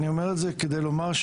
אני אומר את זה כדי לומר,